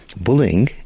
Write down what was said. Bullying